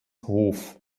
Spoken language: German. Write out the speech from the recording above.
hof